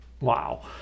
Wow